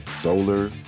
solar